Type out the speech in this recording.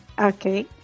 Okay